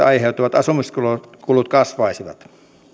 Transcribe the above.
aiheutuvat asumiskulut kasvaisivat